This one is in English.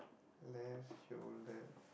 left shoulder